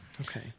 Okay